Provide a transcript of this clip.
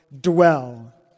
dwell